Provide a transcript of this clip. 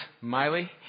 Miley